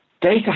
Data